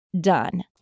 done